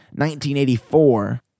1984